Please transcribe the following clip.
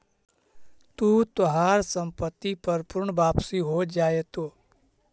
तू तोहार संपत्ति पर पूर्ण वापसी हो जाएतो